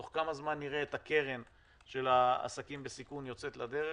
בתוך כמה זמן נראה את הקרן של העסקים בסיכון יוצאת לדרך?